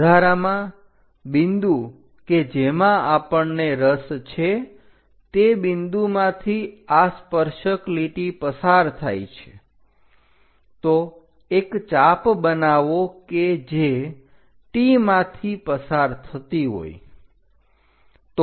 વધારામાં બિંદુ કે જેમાં આપણને રસ છે તે બિંદુમાંથી આ સ્પર્શક લીટી પસાર થાય છે તો એક ચાપ બનાવો કે છે T માંથી પસાર થતી હોય